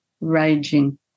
raging